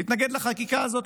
יתנגד לחקיקה הזאת.